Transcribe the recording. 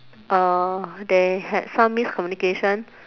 uh there had some miscommunication